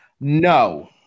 No